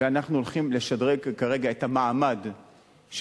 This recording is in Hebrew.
אנחנו הולכים כרגע לשדרג את המעמד של